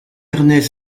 ernest